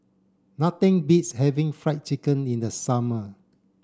nothing beats having fried chicken in the summer